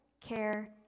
care